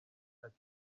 ati